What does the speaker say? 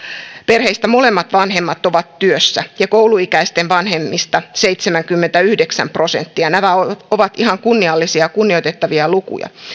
perheistä molemmat vanhemmat ovat työssä ja kouluikäisten vanhemmista seitsemänkymmentäyhdeksän prosenttia nämä ovat ihan kunniallisia kunnioitettavia lukuja